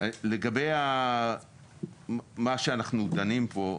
לגבי מה שאנחנו דנים פה: